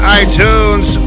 iTunes